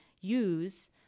use